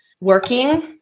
working